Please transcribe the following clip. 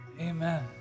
Amen